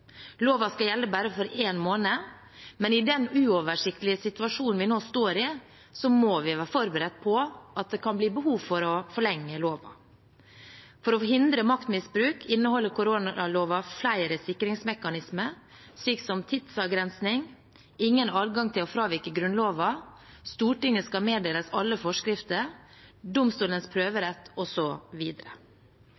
Loven skal gjelde for bare én måned, men i den uoversiktlige situasjonen vi nå står i, må vi være forberedt på at det kan bli behov for å forlenge loven. For å hindre maktmisbruk inneholder koronaloven flere sikringsmekanismer, slik som tidsavgrensning, ingen adgang til å fravike Grunnloven, Stortinget skal meddeles alle forskrifter, domstolenes